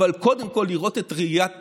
אבל קודם כול לראות את ראיית